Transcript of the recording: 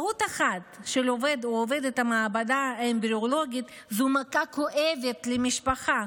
טעות אחת של עובד או עובדת המעבדה האמבריולוגית היא מכה כואבת למשפחה.